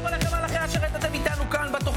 אני מודיע שהצעת חוק התכנון והבנייה (תיקון